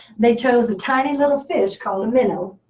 they chose a tiny little fish called a minnow.